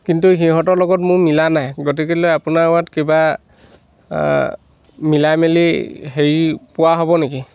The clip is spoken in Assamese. কিন্তু সিহঁতৰ লগত মোৰ মিলা নাই গতিকলে আপোনাৰ তাত কিবা মিলাই মেলি হেৰি পোৱা হ'ব নেকি